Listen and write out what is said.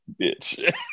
bitch